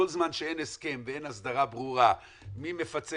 כל זמן שאין הסכם ואין הסדרה ברורה מי מפצה